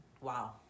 wow